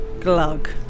glug